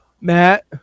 Matt